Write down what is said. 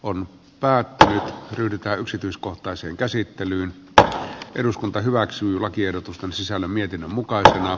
olin päättäny yritä yksityiskohtaiseen käsittelyyn ja eduskunta hyväksyy lakiehdotus on sisällön mietinnön mukaisena